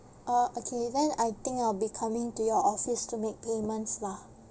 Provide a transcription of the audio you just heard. uh okay then I think I'll becoming to your office to make payments lah